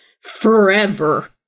forever